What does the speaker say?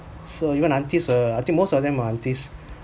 so even aunties were I think most of them are aunties